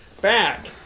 Back